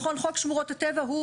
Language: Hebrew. בכל חוק שמורות הטבע,